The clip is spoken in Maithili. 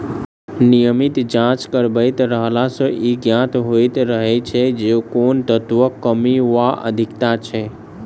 नियमित जाँच करबैत रहला सॅ ई ज्ञात होइत रहैत छै जे कोन तत्वक कमी वा अधिकता छै